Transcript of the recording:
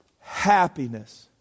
Happiness